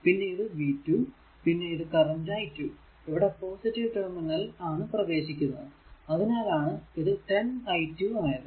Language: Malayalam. പിന്നെ ഇത്v 2 പിന്നെ കറന്റ് i2 ഇവിടെ പോസിറ്റീവ് ടെർമിനലിൽ ആണ് പ്രവേശിക്കുന്നത് അതിനാലാണ് ഇത് 10 i2 ആയതു